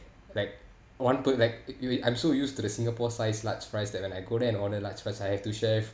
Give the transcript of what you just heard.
like one put like you I'm so used to the singapore size large fries that when I go there and order large fries I have to share